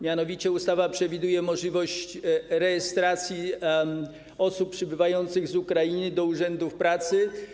Mianowicie ustawa przewiduje możliwość rejestracji osób przybywających z Ukrainy w urzędach pracy.